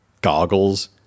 goggles